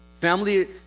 Family